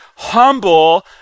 humble